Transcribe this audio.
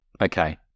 Okay